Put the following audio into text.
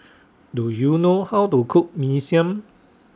Do YOU know How to Cook Mee Siam